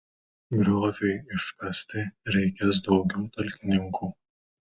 grioviui iškasti reikės daugiau talkininkų